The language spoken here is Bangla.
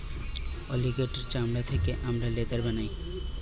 অলিগেটের এর চামড়া থেকে হামরা লেদার বানাই